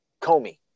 Comey